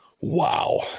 wow